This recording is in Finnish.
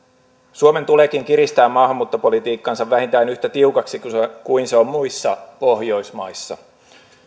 suomen tuleekin kiristää maahanmuuttopolitiikkaansa vähintään yhtä tiukaksi kuin se on muissa pohjoismaissa